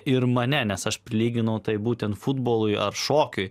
ir mane nes aš prilyginau tai būtent futbolui ar šokiui